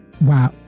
wow